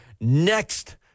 next